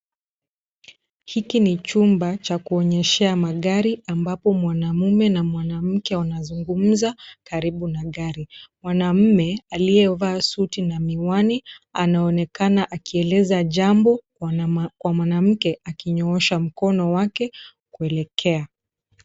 Hiki ni chumba cha kuonyeshea magari, ambapo mwanamme na mwanamke wanazungumza karibu na gari. Mwanamme aliyevaa suti na miwani, anaonekana akieleza jambo kwa mwanamke akinyoosha mkono wake kuelekea.